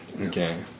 okay